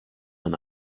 man